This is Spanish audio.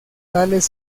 tales